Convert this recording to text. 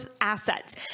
assets